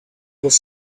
was